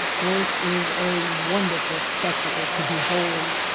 this is a wonderful spectacle to behold!